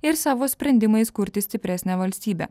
ir savo sprendimais kurti stipresnę valstybę